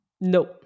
No